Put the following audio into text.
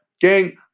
gang